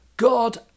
God